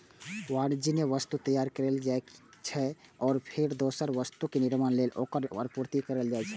वाणिज्यिक वस्तु तैयार कैल जाइ छै, आ फेर दोसर वस्तुक निर्माण लेल ओकर आपूर्ति कैल जाइ छै